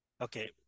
okay